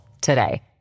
today